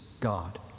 God